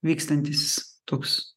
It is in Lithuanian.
vykstantis toks